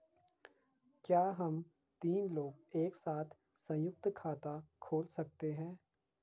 क्या हम तीन लोग एक साथ सयुंक्त खाता खोल सकते हैं?